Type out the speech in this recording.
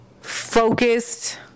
focused